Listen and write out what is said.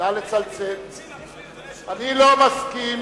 אני לא מסכים